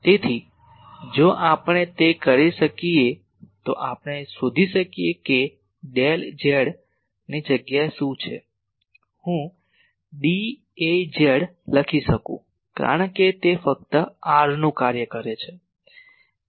તેથી જો આપણે તે કરીએ તો આપણે શોધી શકીએ કે ડેલ zની જગ્યાએ શું છે હું d Az લખી શકું કારણ કે તે ફક્ત r નું કાર્ય છે